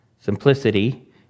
Simplicity